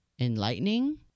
Enlightening